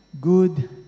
Good